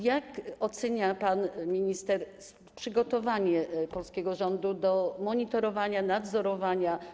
Jak ocenia pan minister przygotowanie polskiego rządu do monitorowania, nadzorowania?